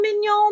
mignon